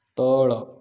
ତଳ